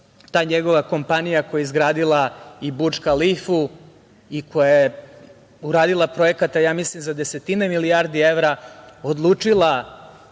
ta njegova kompanija koja je izgradila i Burdž Kalifu i koja je uradila projekata, ja mislim za desetine milijardi evra, odlučila